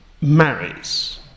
marries